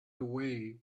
away